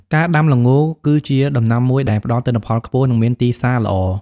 ការដាំល្ងគឺជាដំណាំមួយដែលផ្តល់ទិន្នផលខ្ពស់ និងមានទីផ្សារល្អ។